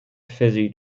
fizzy